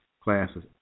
classes